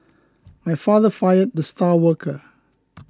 my father fired the star worker